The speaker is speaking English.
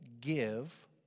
give